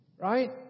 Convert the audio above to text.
Right